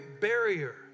barrier